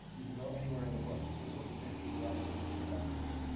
you can go anywhere in the book. and so the book is basically divided into three sections.